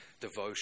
devotion